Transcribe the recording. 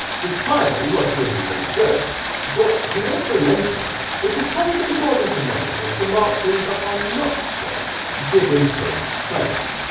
the smiley was to indicate jokes but he also mentioned it is probably more economical to mark things that are ah not jokes, given current trends.